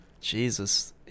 jesus